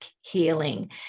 healing